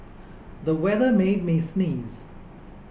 the weather made me sneeze